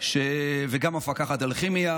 וכן המפקחת על הכימיה.